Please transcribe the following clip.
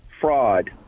fraud